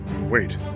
wait